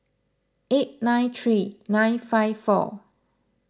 eight nine three nine five four